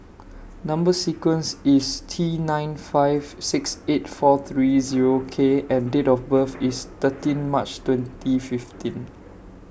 Number sequence IS T nine five six eight four three Zero K and Date of birth IS thirteen March twenty fifteen